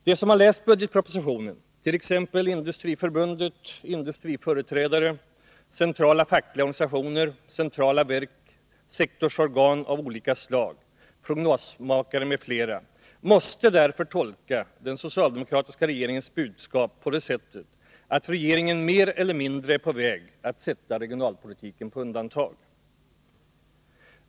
De som har läst budgetpropositionen — t.ex. Industriförbundet, industriföreträdare, centrala fackliga organisationer, centrala verk, sektorsorgan av olika slag, prognosmakare m.fl. — måste därför tolka den socialdemokratiska regeringens budskap på det sättet, att regeringen mer eller mindre är på väg att sätta regionalpolitiken på undantag.